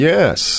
Yes